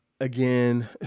again